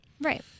Right